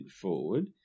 forward